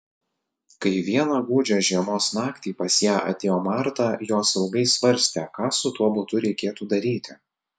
kai vieną gūdžią žiemos naktį pas ją atėjo marta jos ilgai svarstė ką su tuo butu reikėtų daryti